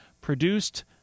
produced